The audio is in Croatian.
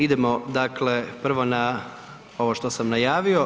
Idemo dakle prvo na ovo što sam najavio.